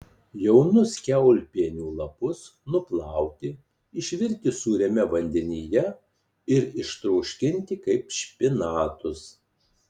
jaunus kiaulpienių lapus nuplauti išvirti sūriame vandenyje ir ištroškinti kaip špinatus